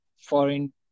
foreign